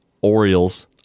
Orioles